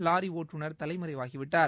lorry ஒட்டுனர் தலைமறைவாகி விட்டார்